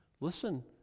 Listen